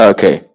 Okay